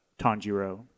Tanjiro